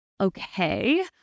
okay